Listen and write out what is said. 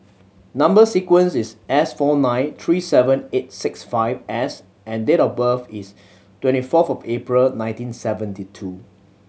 number sequence is S four nine three seven eight six five S and date of birth is twenty fourth of April nineteen seventy two